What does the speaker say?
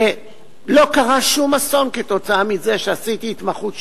ולא קרה שום אסון כתוצאה מזה שעשיתי התמחות שנתיים,